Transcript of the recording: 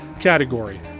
category